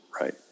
Right